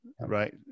right